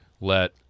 let